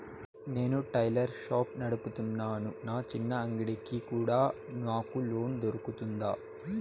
నేను tailor shop నడుపుతున్నాను, నా చిన్న అంగడి కి కూడా నాకు లోను దొరుకుతుందా?